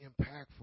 impactful